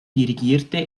dirigierte